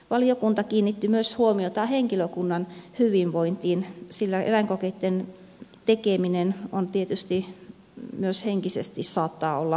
valiokunta kiinnitti myös huomiota henkilökunnan hyvinvointiin sillä eläinkokeitten tekeminen tietysti myös henkisesti saattaa olla raskasta